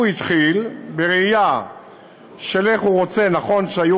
הוא התחיל בראייה של איך הוא רוצה, נכון שהיו